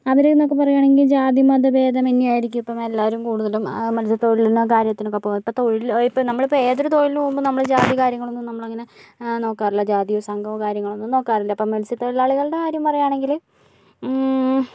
അവര്ന്നൊക്കെ പറയാണെങ്കില് ജാതി മത ഭേദമന്യേ ആയിരിക്കും ഇപ്പോ എല്ലാവരും കൂടുതലും മത്സ്യ തൊഴിലിനും കാര്യത്തിനൊക്കെ പോവുന്നത് ഇപ്പോ തൊഴിലിന് നമ്മളിപ്പം ഏതൊരു തൊഴിലിന് പോകുമ്പോളും നമ്മൾ ജാതി കാര്യങ്ങളൊന്നും നമ്മളങ്ങനെ നോക്കാറില്ല ജാതി സംഘവും കാര്യങ്ങളൊന്നും നോക്കാറില്ല ഇപ്പോ മത്സ്യ തൊഴിലാളികളുടെ കാര്യം പറയാണെങ്കില്